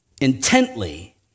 intently